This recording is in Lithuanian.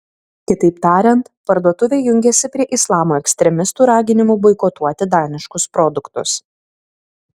kitaip tariant parduotuvė jungiasi prie islamo ekstremistų raginimų boikotuoti daniškus produktus